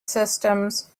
systems